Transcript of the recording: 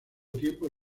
tiempo